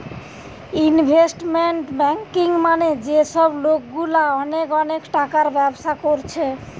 investment banking মানে যে সব লোকগুলা অনেক অনেক টাকার ব্যবসা কোরছে